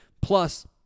Plus